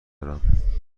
دارم